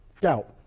Doubt